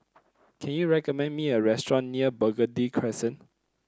can you recommend me a restaurant near Burgundy Crescent